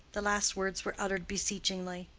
the last words were uttered beseechingly.